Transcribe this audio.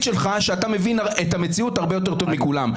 שלך שאתה מבין את המציאות הרבה יותר טוב מכולם.